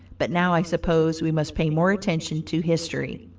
but now i suppose we must pay more attention to history.